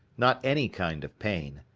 not any kind of pain.